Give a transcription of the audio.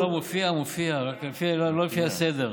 מופיעה, מופיעה, רק לא לפי הסדר.